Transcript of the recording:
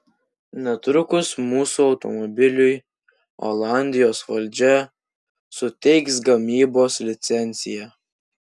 netrukus mūsų automobiliui olandijos valdžia suteiks gamybos licenciją